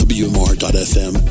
wmr.fm